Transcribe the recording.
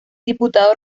diputado